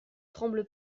tremble